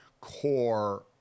core